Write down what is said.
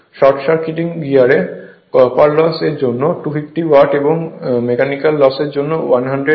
short circuiting গিয়ারে copper loss এর জন্য 250 ওয়াট এবং মেকানিকাল লস এর জন্য 1000 ওয়াট হয়